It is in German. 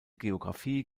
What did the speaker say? geographie